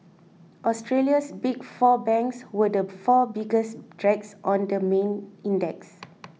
Australia's Big Four banks were the four biggest drags on the main index